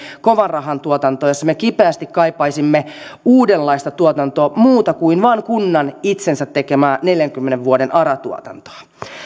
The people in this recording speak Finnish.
kovanrahan tuotantoa joilla me kipeästi kaipaisimme uudenlaista tuotantoa muuta kuin vain kunnan itsensä tekemää neljänkymmenen vuoden ara tuotantoa